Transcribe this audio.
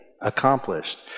accomplished